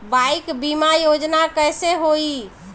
Bike बीमा योजना कैसे होई?